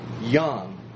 young